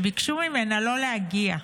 וביקשו ממנה לא להגיע.